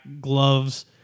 gloves